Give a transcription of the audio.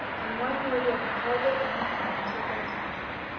and one or the other held it in her hand till bedtime came,